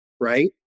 right